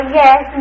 yes